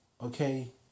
Okay